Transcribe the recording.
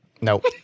Nope